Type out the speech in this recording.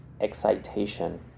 excitation